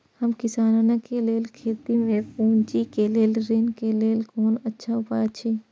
हम किसानके लेल खेती में पुंजी के लेल ऋण के लेल कोन अच्छा उपाय अछि?